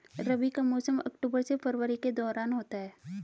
रबी का मौसम अक्टूबर से फरवरी के दौरान होता है